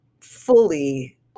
fully